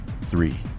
Three